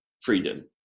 freedom